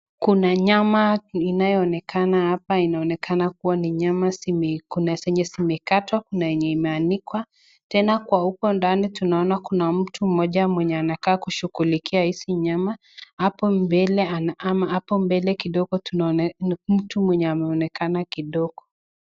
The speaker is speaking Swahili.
Kuna nyama inaonekana hapa. Inaonekana kuwa ni nyama zimekuwa na zenye zimekatwa. Kuna yenye imeandikwa. Tena kwa huko ndani tunaona kuna mtu mmoja mwenye anakaa kushughulikia hizi nyama. Hapo mbele ama hapo mbele kidogo tunaona mtu mwenye ameonekana kidogo.